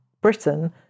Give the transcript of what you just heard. Britain